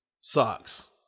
Socks